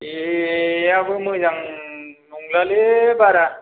जेयाबो मोजां नंलालै बारा